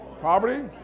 poverty